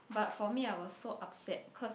but for me I was so upset because